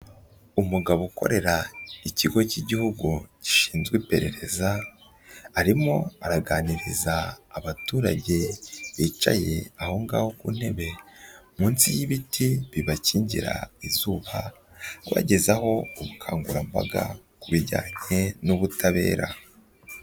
Umugabo ukorera ikigo cy'igihugu gishinzwe iperereza, arimo araganiriza abaturage bicaye aho ngaho ku ntebe munsi y'ibiti bibakingira izuba, abagezaho ubukangurambaga ku bijyanye n'ubutabera.